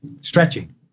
stretching